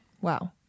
Wow